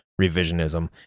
revisionism